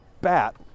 bat